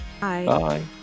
bye